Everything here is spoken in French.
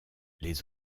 les